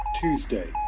Tuesday